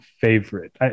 favorite